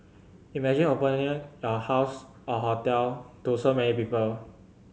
imagine opening your house or hotel to so many people